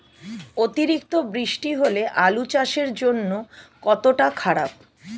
অতিরিক্ত বৃষ্টি হলে আলু চাষের জন্য কতটা খারাপ?